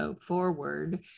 forward